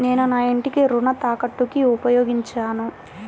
నేను నా ఇంటిని రుణ తాకట్టుకి ఉపయోగించాను